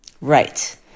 right